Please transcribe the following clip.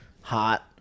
hot